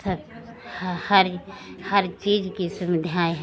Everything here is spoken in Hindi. सब ह हरि हर चीज़ की सुविधाएँ हैं